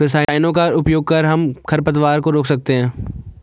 रसायनों का उपयोग कर हम खरपतवार के फैलाव को रोक सकते हैं